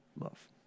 love